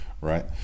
right